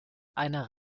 einer